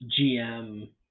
GM